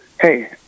Hey